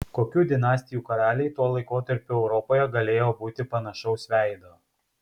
kokių dinastijų karaliai tuo laikotarpiu europoje galėjo būti panašaus veido